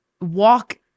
walk